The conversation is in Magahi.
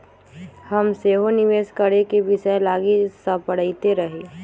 हम सेहो निवेश करेके विषय लागी सपड़इते रही